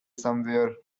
somewhere